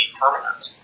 permanent